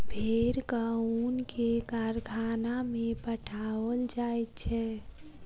भेड़क ऊन के कारखाना में पठाओल जाइत छै